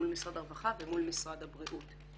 מול משרד הרווחה ומול משרד הבריאות.